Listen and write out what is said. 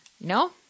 No